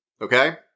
Okay